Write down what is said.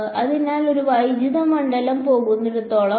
അതിനാൽ അത് വൈദ്യുത മണ്ഡലം പോകുന്നിടത്തോളം